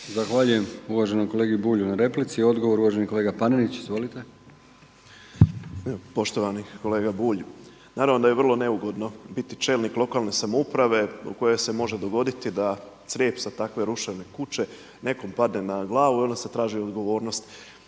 Zahvaljujem uvaženom kolegi Bulju na replici. Odgovor uvaženi kolega Panenić, izvolite. **Panenić, Tomislav (MOST)** Poštovani kolega Bulj, naravno da je vrlo neugodno biti čelnik lokalne samouprave u kojoj se može dogoditi da crijep sa takve ruševne kuće nekom padne na glavu i onda se traži odgovornost,